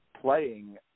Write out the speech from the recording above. playing